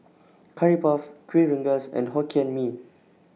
Curry Puff Kuih Rengas and Hokkien Mee